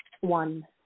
One